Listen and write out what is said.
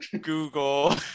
google